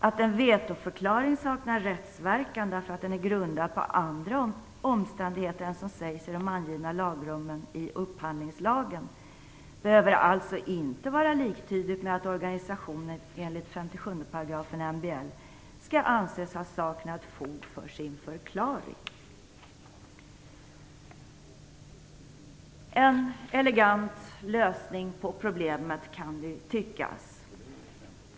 Att en vetoförklaring saknar rättsverkan därför att den är grundad på andra omständigheter än som sägs i de angivna lagrummen i upphandlingslagen behöver alltså inte vara liktydigt med att organisationen enligt 57 § MBL skall anses ha saknat fog för sin förklaring." Det kan tyckas vara en elegant lösning på problemet.